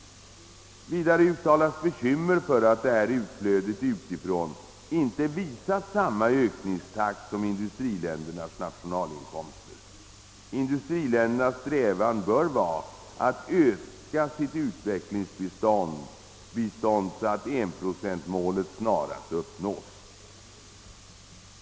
Vidare uttalas bekymmer för att detta tillflöde utifrån inte visat samma ökningstakt som industriländernas nationalinkomster. Industriländernas strävan bör vara att öka sitt utvecklingsbistånd så att enprocentmålet snarast uppnås.